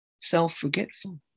self-forgetful